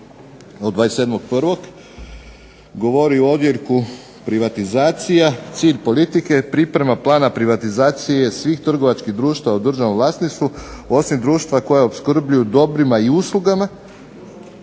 od 27.1., govori u odjeljku privatizacija, cilj politike priprema plana privatizacije svih trgovačkih društava u državnom vlasništvu, osim društva koja opskrbljuju dobrima i uslugama,